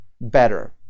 better